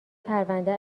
پرونده